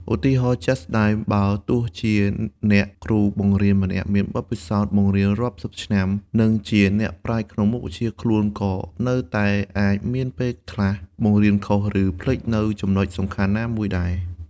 ឧទាហរណ៍ជាក់ស្ដែង បើទោះជាអ្នកគ្រូបង្រៀនម្នាក់មានបទពិសោធន៍បង្រៀនរាប់សិបឆ្នាំ និងជាអ្នកប្រាជ្ញក្នុងមុខវិជ្ជាខ្លួន ក៏នៅតែអាចមានពេលខ្លះបង្រៀនខុស រឺភ្លេចនូវចំណុចសំខាន់ណាមួយដែរ។